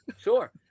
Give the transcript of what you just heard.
sure